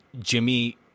Jimmy